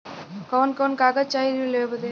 कवन कवन कागज चाही ऋण लेवे बदे?